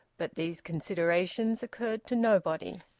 but these considerations occurred to nobody.